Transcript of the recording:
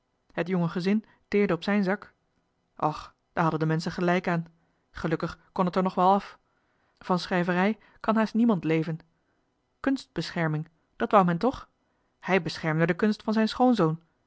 het jonge gezin teerde op zijn zak och daar hadden de menschen gelijk aan gelukkig kon het er nog wel af van schrijverij kan haast niemand leven kunst bescherming dat wou men toch hij beschermde de kunst van zijn schoonzoon